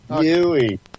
Yui